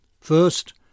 First